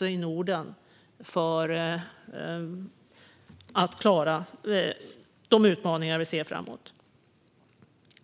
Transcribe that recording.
och i Norden för att klara de utmaningar vi ser framåt.